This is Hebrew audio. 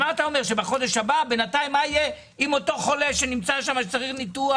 מה יהיה עם אותו חולה שצריך ניתוח?